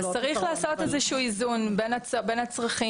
אז צריך לעשות איזשהו איזון בין הצרכים,